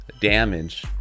damage